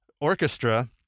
orchestra